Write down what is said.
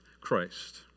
Christ